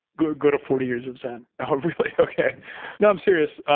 go go to forty years of zen oh really? okay and i'm serious.